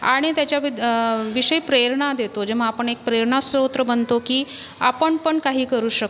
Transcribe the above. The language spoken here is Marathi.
आणि त्याच्या वे विषयी प्रेरणा देतो जेव्हा आपण एक प्रेरणास्रोत बनतो की आपण पण काही करू शकतो